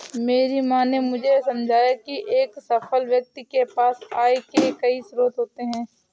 मेरी माँ ने मुझे समझाया की एक सफल व्यक्ति के पास आय के कई स्रोत होते हैं